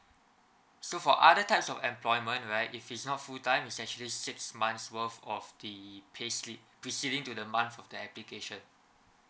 so for other types of employment right if it's not full time is actually six months worth of the payslip preceding to the month of the application